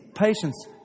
Patience